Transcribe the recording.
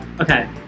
okay